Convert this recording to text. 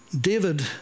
David